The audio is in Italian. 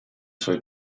suoi